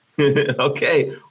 Okay